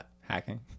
Hacking